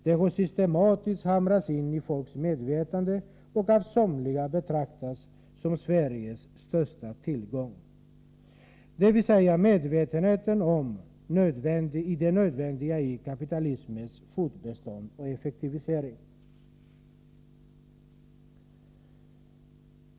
Detta har systematiskt hamrats in i folks medvetande och av somliga betraktats som Sveriges största tillgång — dvs. medvetenheten om det nödvändiga i kapitalismens fortbestånd och effektivisering.